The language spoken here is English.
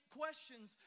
questions